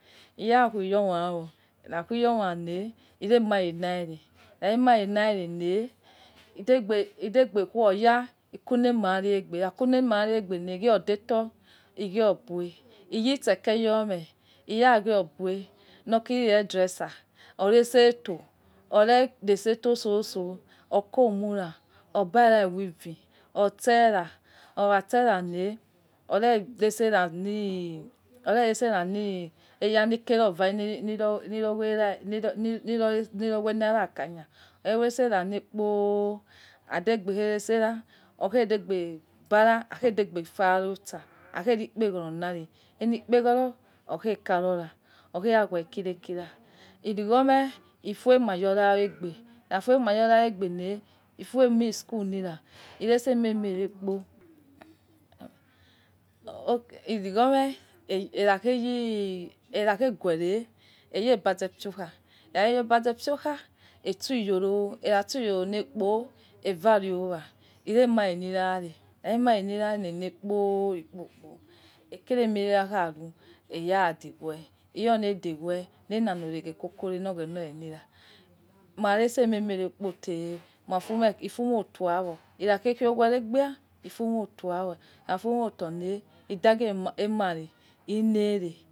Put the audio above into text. Ira khue iyoma duwo ikha khue iyoma le, ire mare laire ikha remare lare le ldegbe woya ikuli aima yowegbe ikha khuema yo egbe le igho deto igho bueh iye itse eke yomie iyogho bueh oko kiri hair dresser or itse tse aito ore itse outo soso, oikoms ra or bara weave oitsera okha itse ra le or itse le kigioo ligo khew ra akakha okha itse lekpo ordegbe bara aidebe faisa ire ekpehoro lari ailekpeghoro oghe karo ra oghe akine kira lagwo lue. Laigwo me ifuema. Yowa egbe ikhafuo ama yora egbe le ifuomie school lera itse aimie rere kpo lagwo me dukha ghe gue iye. Baza piokha aikha ghe yebaza piokha aishe yono, ikha ghe fui iyoro lekpo evare owa iremare lira re, ikha remare lira lekpo likpokpo aikere imie yo kha rue aiyedegwe. Iyira odegwe lila oreghe cocore llo oghena niru cuhieme rekpo makhi ghu khouwe erebia kumie oto wo le ideghe mari ilere.